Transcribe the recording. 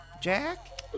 Jack